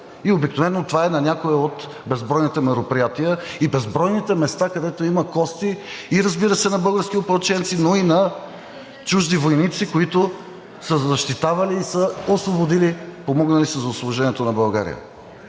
и обикновено това е на някое от безбройните мероприятия и безбройните места, където има кости, разбира се, на български опълченци, но и на чужди войници, които са защитавали и са помогнали за освобождението на България.